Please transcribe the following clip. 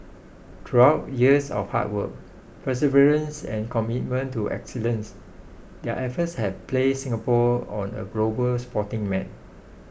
throughout years of hard work perseverance and commitment to excellence their efforts have placed Singapore on the global sporting map